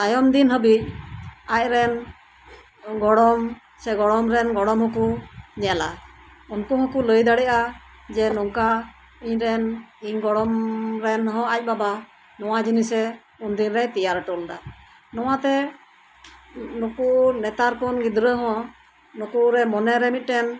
ᱛᱟᱭᱚᱢ ᱫᱤᱱ ᱦᱟᱹᱵᱤᱡ ᱟᱡ ᱨᱮᱱ ᱜᱚᱲᱚᱢ ᱥᱮ ᱜᱚᱲᱚᱢ ᱨᱮᱱ ᱜᱚᱲᱚᱢ ᱦᱚᱸ ᱠᱚ ᱧᱮᱞᱟ ᱩᱱᱠᱩ ᱦᱚᱸᱠᱚ ᱞᱟᱹᱭ ᱫᱟᱲᱮᱜᱼᱟ ᱡᱮ ᱱᱚᱝᱠᱟ ᱤᱧ ᱨᱮᱱ ᱤᱧ ᱜᱚᱲᱚᱢ ᱨᱮᱱ ᱦᱚᱸ ᱟᱡ ᱵᱟᱵᱟ ᱱᱚᱣᱟ ᱡᱤᱱᱤᱥᱮ ᱩᱱᱫᱤᱱ ᱨᱮᱭ ᱛᱮᱭᱟᱨ ᱦᱚᱴᱚ ᱞᱮᱫᱟ ᱱᱚᱣᱟ ᱛᱮ ᱱᱩᱠᱩ ᱱᱮᱛᱟᱨ ᱠᱷᱚᱱ ᱜᱤᱫᱽᱨᱟᱹ ᱦᱚᱸ ᱱᱩᱠᱩ ᱨᱮ ᱢᱚᱱᱮ ᱨᱮ ᱢᱤᱫᱴᱮᱱ